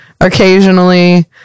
occasionally